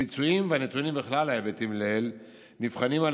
הביצועים והנתונים בכלל ההיבטים לעיל נבחנים על